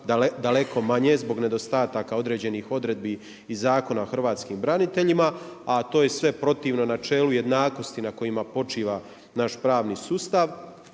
daleko manje zbog nedostataka određenih odredbi i Zakona o hrvatskim braniteljima, a to je sve protivno načelu jednakosti na kojima počiva naš pravni sustav.